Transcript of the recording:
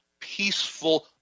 peaceful